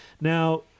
Now